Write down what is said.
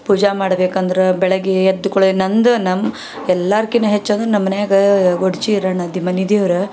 ಪೂಜೆ ಮಾಡ್ಬೇಕಂದ್ರೆ ಬೆಳಗ್ಗೆ ಎದ್ದ ಕೂಳೆ ನಂದು ನಮ್ಮ ಎಲ್ಲರ್ಗಿಂತ ಹೆಚ್ಚು ಅಂದ್ರೆ ನಮ್ಮ ಮನ್ಯಾಗಾ ಮನೆ ದೇವ್ರು